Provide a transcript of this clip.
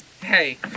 Hey